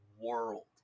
world